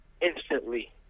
instantly